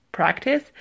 Practice